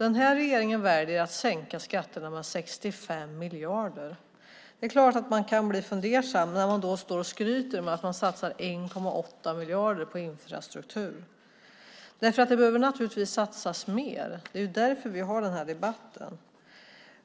Den här regeringen väljer att sänka skatterna med 65 miljarder. Det är klart att man kan bli fundersam när ministern står och skryter med en satsning på 1,8 miljarder på infrastruktur. Det behöver naturligtvis satsas mer. Det är därför vi har den här debatten.